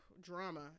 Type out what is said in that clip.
drama